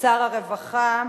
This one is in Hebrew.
שר הרווחה,